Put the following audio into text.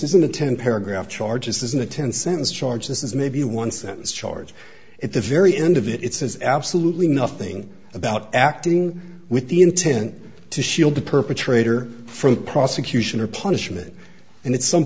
isn't a ten paragraph charge isn't a ten cents charge this is maybe one sentence charge at the very end of it it says absolutely nothing about acting with the intent to shield the perpetrator from prosecution or punishment and it's some